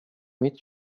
mitt